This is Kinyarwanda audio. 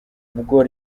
bwo